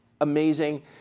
amazing